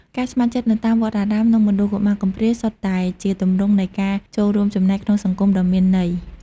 ការស្ម័គ្រចិត្តនៅតាមវត្តអារាម និងមណ្ឌលកុមារកំព្រា សុទ្ធតែជាទម្រង់នៃការចូលរួមចំណែកក្នុងសង្គមដ៏មានន័យ។